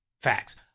facts